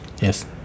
yes